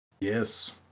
Yes